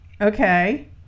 Okay